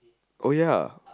oh ya